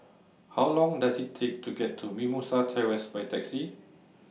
How Long Does IT Take to get to Mimosa Terrace By Taxi